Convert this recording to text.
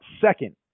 second